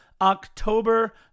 October